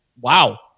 wow